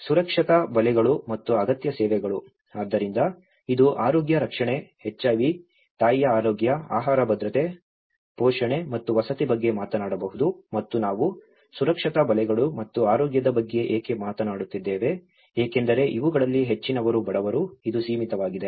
ಸುರಕ್ಷತಾ ಬಲೆಗಳು ಮತ್ತು ಅಗತ್ಯ ಸೇವೆಗಳು ಆದ್ದರಿಂದ ಇದು ಆರೋಗ್ಯ ರಕ್ಷಣೆ HIV ತಾಯಿಯ ಆರೋಗ್ಯ ಆಹಾರ ಭದ್ರತೆ ಪೋಷಣೆ ಮತ್ತು ವಸತಿ ಬಗ್ಗೆ ಮಾತನಾಡಬಹುದು ಮತ್ತು ನಾವು ಸುರಕ್ಷತಾ ಬಲೆಗಳು ಮತ್ತು ಆರೋಗ್ಯದ ಬಗ್ಗೆ ಏಕೆ ಮಾತನಾಡುತ್ತಿದ್ದೇವೆ ಏಕೆಂದರೆ ಇವುಗಳಲ್ಲಿ ಹೆಚ್ಚಿನವರು ಬಡವರು ಇದು ಸೀಮಿತವಾಗಿದೆ